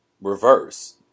reverse